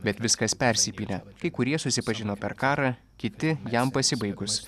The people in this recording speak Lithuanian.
bet viskas persipynę kai kurie susipažino per karą kiti jam pasibaigus